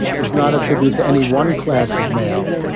ah is not attributed to any one class of mail,